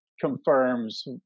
confirms